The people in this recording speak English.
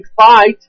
fight